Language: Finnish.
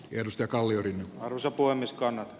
reilusta kallioiden osapuolen niskanen